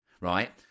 Right